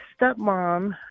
stepmom